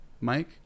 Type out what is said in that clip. Mike